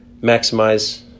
maximize